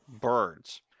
Birds